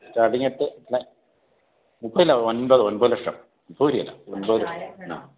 starting എട്ട് അല്ല ഇപ്പോൾ ഇല്ല ഒൻപത് ഒൻപതു ലക്ഷം മുപ്പത് വരികയില്ല ആ